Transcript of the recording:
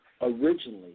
Originally